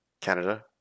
Canada